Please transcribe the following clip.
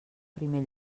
primer